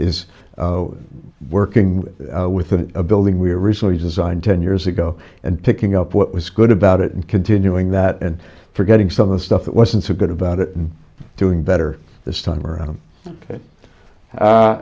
is working with a building we originally designed ten years ago and picking up what was good about it and continuing that and forgetting some of the stuff it wasn't so good about it and doing better this time around